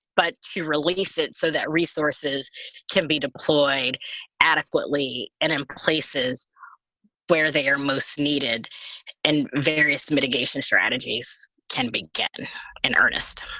but to release it so that resources can be deployed adequately and in places where they are most needed and various mitigation strategies can begin in earnest